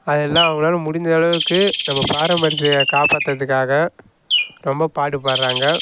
அதெல்லாம் அவங்களால முடிஞ்ச அளவுக்கு நம்ம பாரம்பரியத்தை காப்பாற்றுறதுக்காக ரொம்ப பாடுப்படுறாங்க